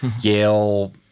Yale